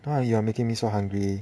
now you are making me so hungry